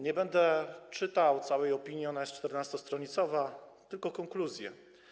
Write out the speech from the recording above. Nie będę czytał całej opinii, ona jest 14-stronicowa, tylko konkluzję.